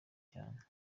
cyane